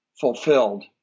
fulfilled